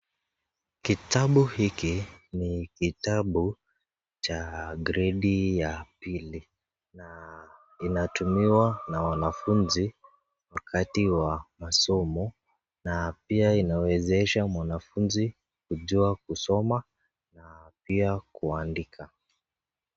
Kitabu hiki ni kitabu cha gredi ya pili na inatumiwa na wanafunzi wakati wa masomo na pia inawezesha mwanafunzi kujua kusoma na pia kuandika.